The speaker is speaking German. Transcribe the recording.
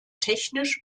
technisch